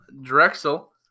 Drexel